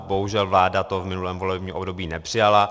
Bohužel vláda to v minulém volebním období nepřijala.